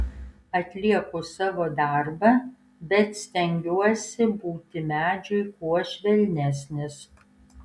atlieku savo darbą bet stengiuosi būti medžiui kuo švelnesnis